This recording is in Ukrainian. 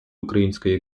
української